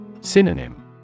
Synonym